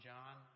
John